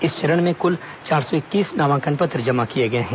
इस चरण में कुल चार सौ इक्कीस नामांकन पत्र जमा किए गए हैं